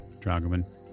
dragoman